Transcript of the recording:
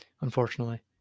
unfortunately